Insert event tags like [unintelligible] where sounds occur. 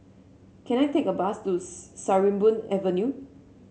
can I take a bus to [unintelligible] Sarimbun Avenue